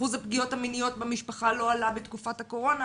אחוז הפגיעות המיניות במשפחה לא עלה בתקופת הקורונה,